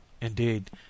indeed